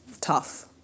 tough